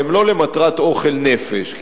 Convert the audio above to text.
שהם לא למטרת אוכל נפש.